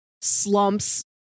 slumps